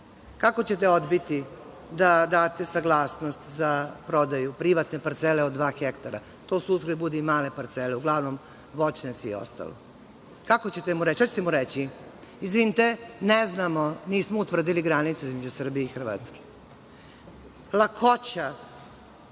Kako ćete odbiti da date saglasnost za prodaju privatne parcele od dva hektara? To sutra budu i male parcele, uglavnom voćnjaci i ostalo. Kako ćete mu reći, šta ćete mu reći? Izvinite, ne znamo, nismo utvrdili granicu između Srbije i Hrvatske. Lakoća